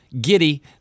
Giddy